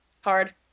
Hard